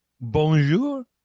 Bonjour